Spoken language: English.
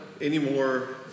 Anymore